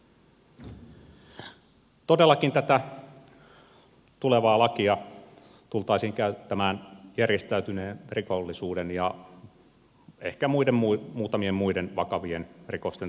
todellakin tätä tulevaa lakia tultaisiin käyttämään järjestäytyneen rikollisuuden ja ehkä muutamien muiden vakavien rikosten torjunnassa